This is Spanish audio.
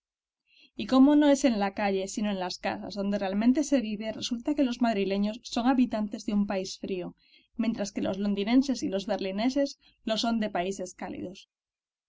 y como no es en la calle sino en las casas donde realmente se vive resulta que los madrileños son habitantes de un país frío mientras que los londinenses y los berlineses lo son de países cálidos